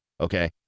okay